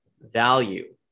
value